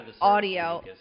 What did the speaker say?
audio